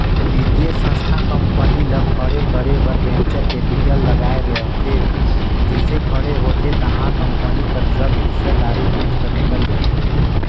बित्तीय संस्था कंपनी ल खड़े करे बर वेंचर कैपिटल लगाए रहिथे जइसे खड़े होथे ताहले कंपनी कर जग हिस्सादारी बेंच कर निकल जाथे